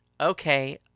Okay